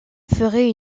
ferait